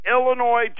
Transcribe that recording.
illinois